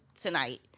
tonight